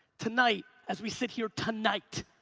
tonight, as we sit here tonight,